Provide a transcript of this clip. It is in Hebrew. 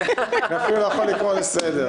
אני אפילו לא יכול לקרוא לסדר.